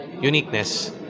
uniqueness